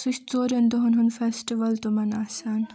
سُہ چھُ ژورن دۄہن ہند فیٚسٹول تمن آسان